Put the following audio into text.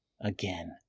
again